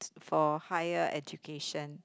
for higher education